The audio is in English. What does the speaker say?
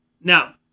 now